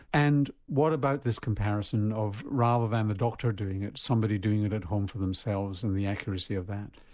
and what about this comparison of rather than and the doctor doing it somebody doing it at home to themselves and the accuracy of that?